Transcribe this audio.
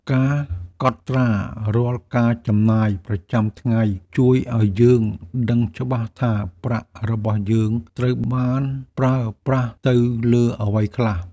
ការកត់ត្រារាល់ការចំណាយប្រចាំថ្ងៃ ជួយឱ្យយើងដឹងច្បាស់ថាប្រាក់របស់យើងត្រូវបានប្រើប្រាស់ទៅលើអ្វីខ្លះ។